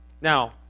Now